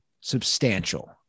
substantial